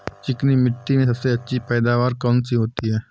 चिकनी मिट्टी में सबसे अच्छी पैदावार कौन सी होती हैं?